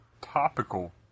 topical